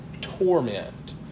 torment